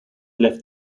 left